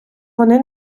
вони